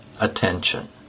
attention